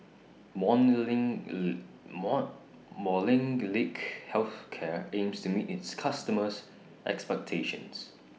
Molnylcke Health Care aims to meet its customers' expectations